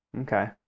Okay